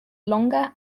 longer